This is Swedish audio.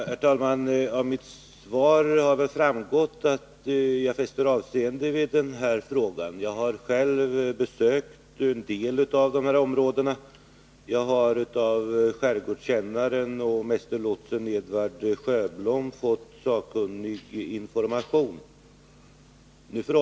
Herr talman! Av mitt svar torde ha framgått att jag fäster stort avseende vid denna fråga. Jag har själv besökt en del av dessa områden. Jag har av skärgårdskännaren och mästerlotsen Edvard Sjöblom fått sakkunnig information.